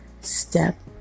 step